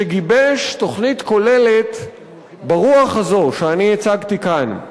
שגיבש תוכנית כוללת ברוח הזו שאני הצגתי אותה כאן,